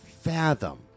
fathom